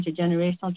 intergenerational